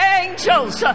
angels